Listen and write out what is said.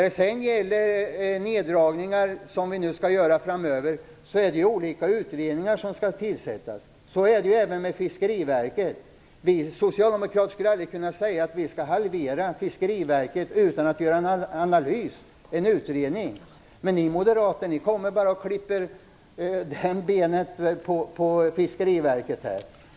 Beträffande de neddragningar som vi skall göra framöver skall olika utredningar tillsättas. Så är det även med Fiskeriverket. Vi socialdemokrater skulle aldrig kunna säga att vi skall halvera Fiskeriverket utan att göra en analys, en utredning. Ni moderater kommer bara och klipper av benet från Fiskeriverket.